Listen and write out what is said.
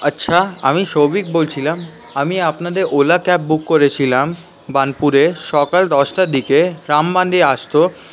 আচ্ছা আমি সৌভিক বলছিলাম আমি আপনাদের ওলা ক্যাব বুক করেছিলাম বানপুরে সকাল দশটার দিকে রামমাণ্ডি আসত